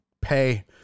pay